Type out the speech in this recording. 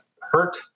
hurt